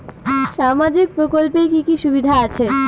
সামাজিক প্রকল্পের কি কি সুবিধা আছে?